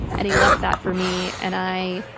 and he left that for me. and i,